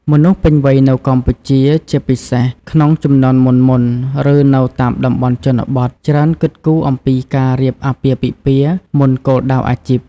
មនុស្សពេញវ័យនៅកម្ពុជា ជាពិសេសក្នុងជំនាន់មុនៗ ឬនៅតាមតំបន់ជនបទ ច្រើនគិតគូរអំពីការរៀបអាពាហ៍ពិពាហ៍មុនគោលដៅអាជីព។